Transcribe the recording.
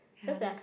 ya that's